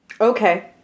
Okay